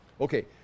Okay